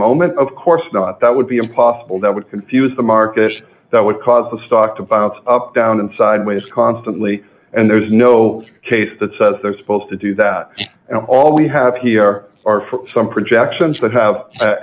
moment of course not that would be impossible that would confuse the market that would cause the stock to bounce up down and sideways constantly and there's no case that says they're supposed to do that and all we have here are some projections that have